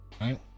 Right